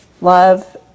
love